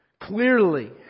clearly